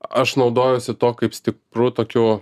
aš naudojuosi tuo kaip stipru tokiu